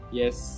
yes